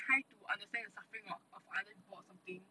try to understand the suffering of of other people or something